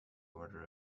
order